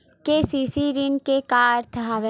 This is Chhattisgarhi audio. के.सी.सी ऋण के का अर्थ हवय?